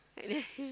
the